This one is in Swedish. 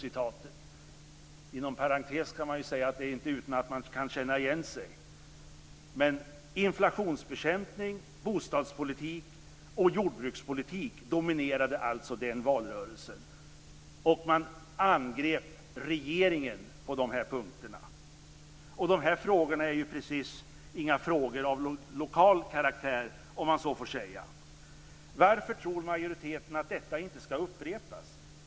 Inom parentes kan man säga att det inte är utan att man kan känna igen sig. Inflationsbekämpning, bostadspolitik och jordbrukspolitik dominerade alltså den valrörelsen. Man angrep regeringen på de här punkterna. Detta är ju inte precis frågor av lokal karaktär, om man så får säga. Varför tror majoriteten att detta inte ska upprepas?